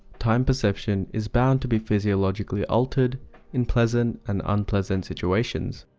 time perception is bound to be physiologically altered in pleasant and unpleasant situations.